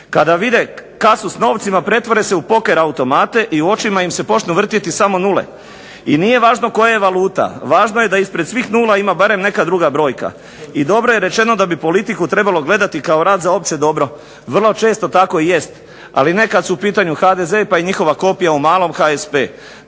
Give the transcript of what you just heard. Kada vide kasu sa novcima pretvore se u poker automate i u očima im se počnu vrtjeti samo nule. I nije važno koja je valuta. Važno je da ispred svih nula ima barem neka druga brojka. I dobro je rečeno da bi politiku trebalo gledati kao rad za opće dobro. Vrlo često tako i jest, ali ne kad su u pitanju HDZ pa i njihova kopija u malom HSP.